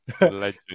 Legend